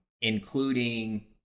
including